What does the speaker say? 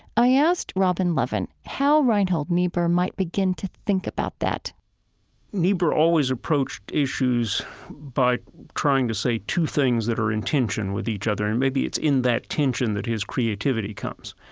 i asked robin lovin how reinhold niebuhr might begin to think about that niebuhr always approached issues by trying to say two things that are in tension with each other, and maybe it's in that tension that his creativity comes.